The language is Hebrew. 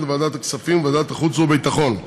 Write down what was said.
לוועדת הכספים ולוועדת החוץ והביטחון.